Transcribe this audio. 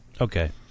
Okay